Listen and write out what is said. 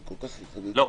לא.